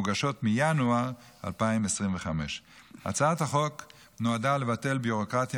המוגשות מינואר 2025. הצעת החוק נועדה לבטל ביורוקרטיה